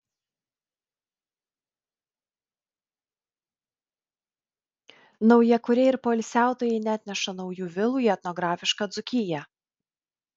naujakuriai ir poilsiautojai neatneša naujų vilų į etnografišką dzūkiją